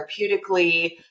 therapeutically